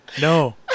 No